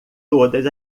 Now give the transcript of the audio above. todas